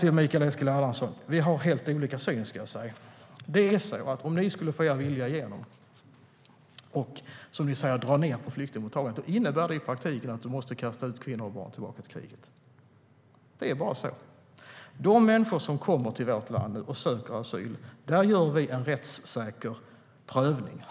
Till Mikael Eskilandersson vill jag säga att vi har helt olika syn. Om ni skulle få er vilja igenom och, som ni säger, dra ned på flyktingmottagandet innebär det i praktiken att vi måste kasta ut kvinnor och barn tillbaka till kriget. Det är bara så. När det gäller de människor som kommer till vårt land och söker asyl gör vi en rättssäker prövning.